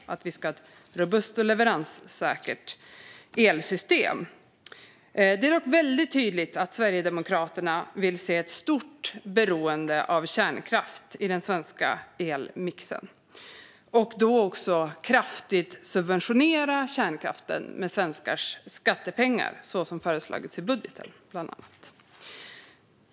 Vi ska ha ett robust och leveranssäkert elsystem. Det är dock väldigt tydligt att Sverigedemokraterna vill se ett stort beroende av kärnkraft i den svenska elmixen och då också kraftigt subventionera kärnkraften med svenskars skattepengar, så som bland annat föreslagits i budgeten.